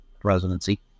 presidency